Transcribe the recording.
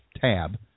tab